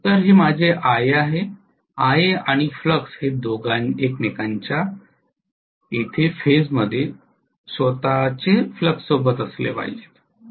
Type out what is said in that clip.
तर हे माझे Ia आहे Ia आणि फ्लक्स हे एकमेकांच्या येथे फेजमध्ये स्वतःचे फ्लक्ससोबत असले पाहिजेत